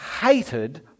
hated